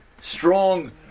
strong